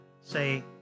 say